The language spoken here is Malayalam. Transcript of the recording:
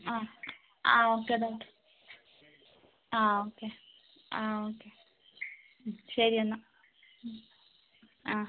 ആ ഓക്കേ ഡോക്ടർ ആ ഓക്കേ ഓക്കേ ശരിയെന്നാൽ